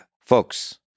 folks